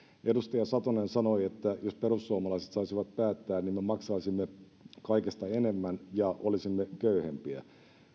edustaja satonen sanoi että jos perussuomalaiset saisivat päättää niin me maksaisimme kaikesta enemmän ja olisimme köyhempiä